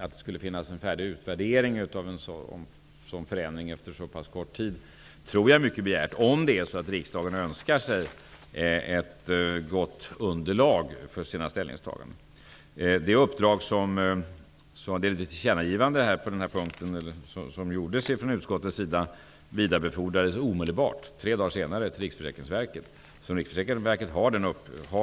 Att det skulle finnas en färdig utvärdering av en sådan förändring efter såpass kort tid tror jag är mycket begärt, om riksdagen önskar sig ett gott underlag för sina ställningstaganden. Det tillkännagivande som gjordes från utskottets sida vidarebefordrades omedelbart, tre dagar senare, till Riksförsäkringsverket. Riksförsäkringsverket har